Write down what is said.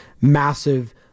massive